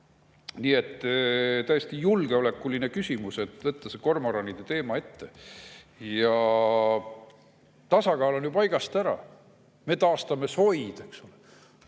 Nii et täiesti julgeolekuline küsimus on võtta see kormoranide teema ette. Tasakaal on paigast ära. Me taastame soid.